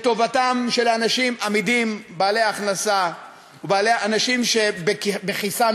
לטובתם של אנשים אמידים בעלי הכנסה, אנשים שבכיסם